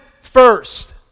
first